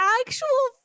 actual